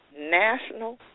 national